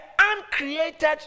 uncreated